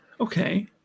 Okay